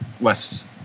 less